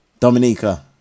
Dominica